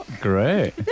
Great